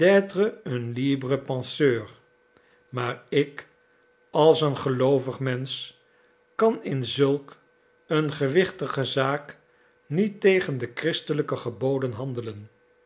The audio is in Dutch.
professez d'être un libre penseur maar ik als een geloovig mensch kan in zulk een gewichtige zaak niet tegen de christelijke geboden handelen